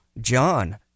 John